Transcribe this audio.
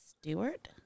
Stewart